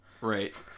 Right